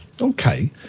Okay